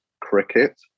cricket